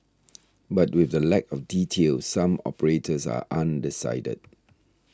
but with the lack of details some operators are undecided